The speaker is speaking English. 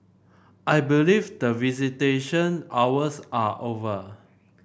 I believe that visitation hours are over